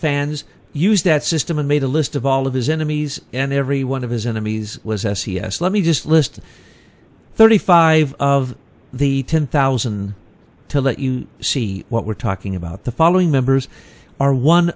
fans used that system and made a list of all of his enemies and every one of his enemies was s e s let me just list thirty five of the ten thousand to let you see what we're talking about the following members are one